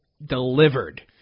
delivered